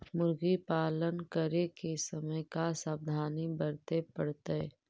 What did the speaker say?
मुर्गी पालन करे के समय का सावधानी वर्तें पड़तई?